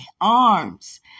arms